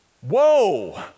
Whoa